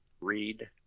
read